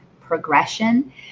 progression